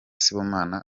sibomana